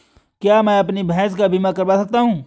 क्या मैं अपनी भैंस का बीमा करवा सकता हूँ?